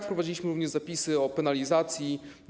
Wprowadziliśmy również zapisy o penalizacji.